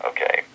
Okay